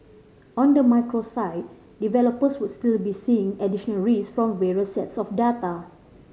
on the macro side developers would still be seeing additional risk from various sets of data